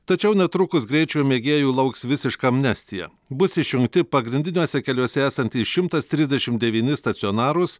tačiau netrukus greičio mėgėjų lauks visiška amnestija bus išjungti pagrindiniuose keliuose esantys šimtas trisdešimt devyni stacionarūs